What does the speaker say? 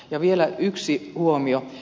ja vielä yksi huomio